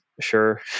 sure